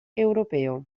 europeo